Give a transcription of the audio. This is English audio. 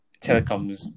telecoms